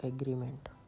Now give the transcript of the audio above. Agreement